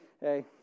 hey